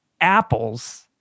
apples